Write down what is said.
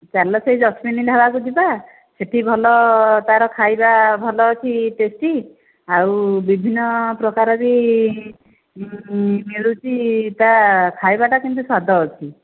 ଚାଲ ସେଇ ଯସ୍ମିନ୍ ଢାବାକୁ ଯିବା ସେଇଠି ଭଲ ତା'ର ଖାଇବା ଭଲ ଅଛି ଟେଷ୍ଟି ଆଉ ବିଭିନ୍ନପ୍ରକାର ବି ମିଳୁଛି ତା ଖାଇବାଟା କିନ୍ତୁ ସ୍ୱାଦ ଅଛି